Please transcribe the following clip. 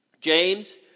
James